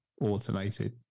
automated